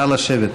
נא לשבת.